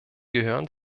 gehören